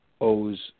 owes